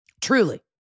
Truly